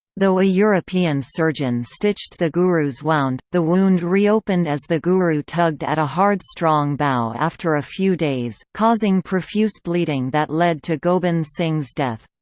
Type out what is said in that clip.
though a european surgeon stitched the guru's wound, the wound re-opened as the guru tugged at a hard strong bow after a few days, causing profuse bleeding that led to gobind singh's death.